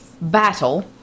battle